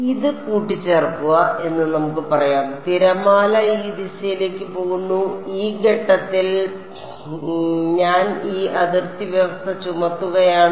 അതിനാൽ ഇത് കൂട്ടിച്ചേർക്കുക എന്ന് നമുക്ക് പറയാം തിരമാല ഈ ദിശയിലേക്ക് പോകുന്നു ഈ ഘട്ടത്തിൽ ഞാൻ ഈ അതിർത്തി വ്യവസ്ഥ ചുമത്തുകയാണ്